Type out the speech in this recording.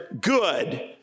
good